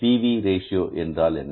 B V ratio என்றால் என்ன